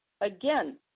again